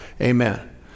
Amen